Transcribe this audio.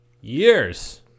years